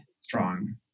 strong